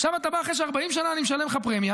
עכשיו אתה בא אחרי ש-40 שנה אני משלם לך פרמיה